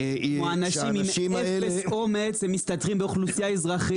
כמו אנשים עם אפס אומץ הם מסתתרים באוכלוסייה אזרחית.